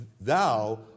thou